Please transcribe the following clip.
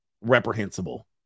Reprehensible